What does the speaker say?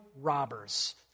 robbers